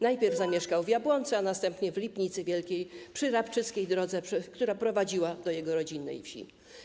Najpierw zamieszkał w Jabłonce, a następnie w Lipnicy Wielkiej przy rabczyckiej drodze, która prowadziła do jego rodzinnej wsi.